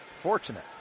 Fortunate